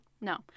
no